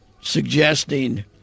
suggesting